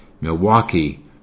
Milwaukee